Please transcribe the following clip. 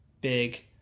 big